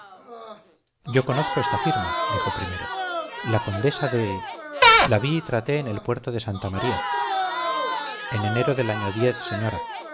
yo conozco esta firma dijo primero la condesa de la vi y la traté en el puerto de santa maría en enero del año señora